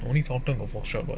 only fountain of workshop what